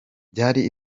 byari